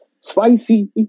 spicy